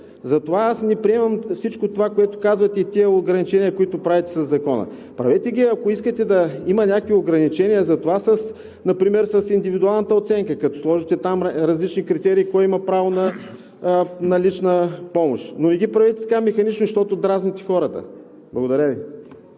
Затова аз не приемам всичко това, което казвате, и тези ограничения, които правите със Закона. Правете ги, ако искате да има някакви ограничения за това например с индивидуалната оценка, като сложите там различни критерии кой има право на лична помощ, но не ги правете така механично, защото дразните хората. Благодаря Ви.